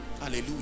Hallelujah